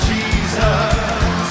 Jesus